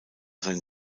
sein